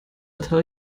tell